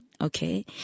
okay